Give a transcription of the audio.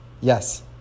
Yes